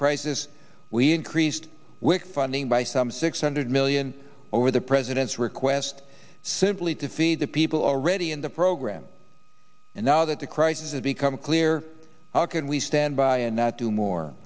crisis we increased funding by some six hundred million over the president's request simply to feed the people already in the program and now that the crisis has become clear how can we stand by and not do more